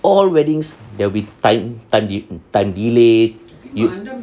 all weddings there will be time time de~ time delay